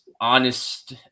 honest